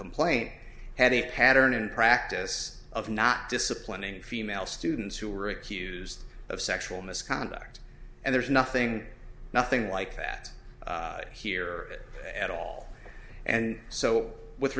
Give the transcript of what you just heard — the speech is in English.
complaint had a pattern and practice of not disciplining female students who were accused of sexual misconduct and there's nothing nothing like that here at all and so with